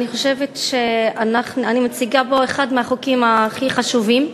אני חושבת שאני מציגה פה את אחד החוקים הכי חשובים,